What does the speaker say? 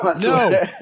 no